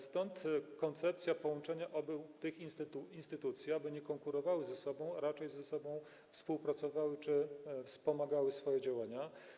Stąd koncepcja połączenia obu tych instytucji, aby nie konkurowały ze sobą, ale raczej ze sobą współpracowały czy wspomagały się w swoich działaniach.